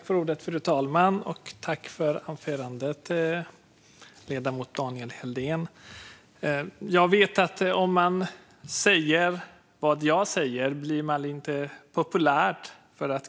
Fru talman! Tack för anförandet, ledamoten Daniel Helldén! Jag vet att om man säger det jag säger blir man inte populär.